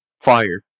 Fire